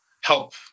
help